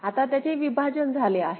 आता त्याचे विभाजन झाले आहे